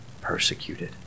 persecuted